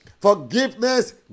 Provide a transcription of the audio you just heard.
Forgiveness